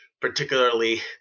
particularly